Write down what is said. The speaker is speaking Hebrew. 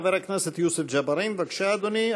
חבר הכנסת יוסף ג'בארין, בבקשה, אדוני.